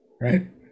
right